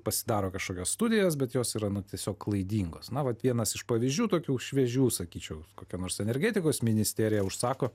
pasidaro kažkokios studijos bet jos yra nu tiesiog klaidingos na vat vienas iš pavyzdžių tokių šviežių sakyčiau kokia nors energetikos ministerija užsako